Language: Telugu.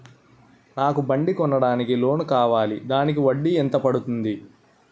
నాకు బండి కొనడానికి లోన్ కావాలిదానికి వడ్డీ ఎంత పడుతుంది?